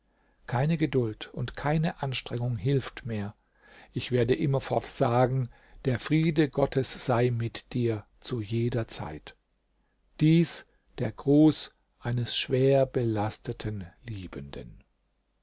keine geduld und keine anstrengung hilft mehr ich werde immerfort sagen der friede gottes sei mit dir zu jeder zeit dies der gruß eines schwer belasteten liebenden